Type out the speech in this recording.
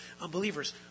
unbelievers